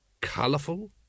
Colourful